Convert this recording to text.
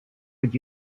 with